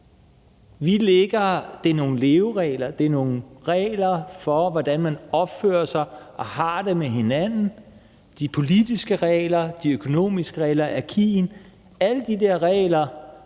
Vi lægger nogle leveregler, nogle regler for, hvordan man opfører sig og har det med hinanden. Det er de politiske regler, de økonomiske regler og acquis communautaire. Alle de der regler